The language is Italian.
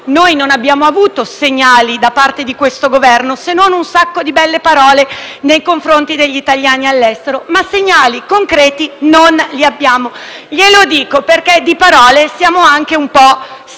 noi non abbiamo avuto segnali da parte di questo Governo, se non belle parole nei confronti degli italiani all'estero. Ma segnali concreti non ne abbiamo. Glielo dico perché di parole siamo anche un po' stanchi,